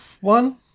One